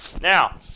Now